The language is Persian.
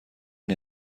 این